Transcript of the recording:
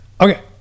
okay